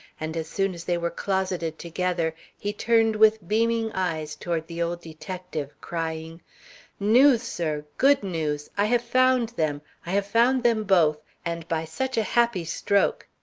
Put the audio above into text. and as soon as they were closeted together he turned with beaming eyes toward the old detective, crying news, sir good news! i have found them i have found them both, and by such a happy stroke!